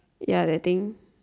ya that thing